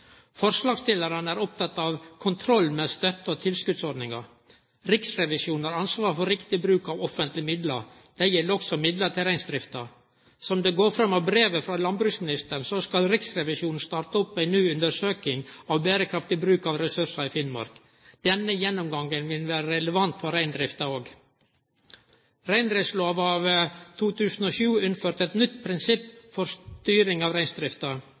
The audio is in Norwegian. Forslagsstillarane er opptekne av kontroll med støtte- og tilskotsordningane. Riksrevisjonen har ansvaret for riktig bruk av offentlege midlar. Det gjeld også midlar til reindrifta. Som det går fram av brevet frå landbruksministeren, skal Riksrevisjonen starte opp ei ny undersøking av berekraftig bruk av ressursar i Finnmark. Denne gjennomgangen vil vere relevant for reindrifta òg. Reindriftslova av 2007 innførde eit nytt prinsipp for styring av